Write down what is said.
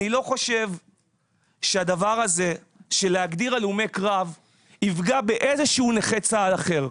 אני לא חושב שלהגדיר הלומי קרב יפגע באיזשהו נכה צה"ל אחר,